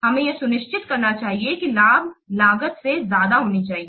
हमें यह सुनिश्चित करना चाहिए कि लाभ लागत से ज्यादा होना चाहिए